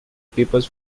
papers